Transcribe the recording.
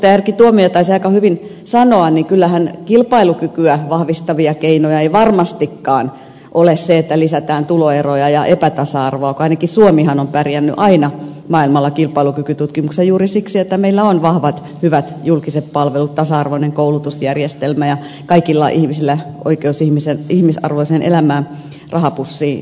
erkki tuomioja taisi aika hyvin sanoa niin kyllähän kilpailukykyä vahvistavia keinoja ei varmastikaan ole se että lisätään tuloeroja ja epätasa arvoa kun ainakin suomihan on pärjännyt aina maailmalla kilpailukykytutkimuksissa juuri siksi että meillä on vahvat hyvät julkiset palvelut tasa arvoinen koulutusjärjestelmä ja kaikilla ihmisillä oikeus ihmisarvoiseen elämään rahapussiin katsomatta